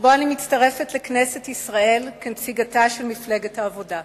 שבו אני מצטרפת לכנסת ישראל כנציגתה של מפלגת העבודה.